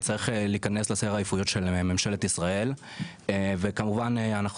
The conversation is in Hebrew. צריך להיכנס לסדר העדיפויות של ממשלת ישראל וכמובן אנחנו